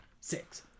Six